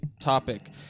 topic